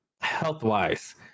health-wise